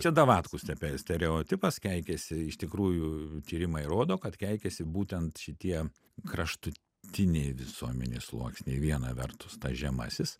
čia davatkų stepes stereotipas keikiasi iš tikrųjų tyrimai rodo kad keikiasi būtent šitie kraštutiniai visuomenės sluoksniai viena vertus tas žemasis